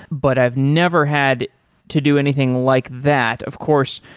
but i've never had to do anything like that, of course.